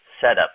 setup